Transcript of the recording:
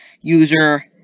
user